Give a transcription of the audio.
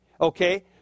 Okay